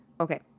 okay